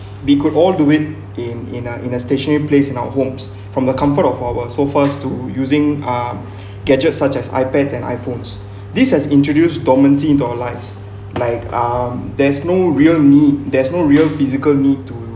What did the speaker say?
we could all do it in a in a stationary place in our homes from the comfort of our so fast to using uh gadgets such as ipads and iphones this has introduced dormancy into our lives like um there's no real need there's no real physical need to